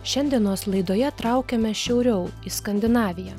šiandienos laidoje traukiame šiauriau į skandinaviją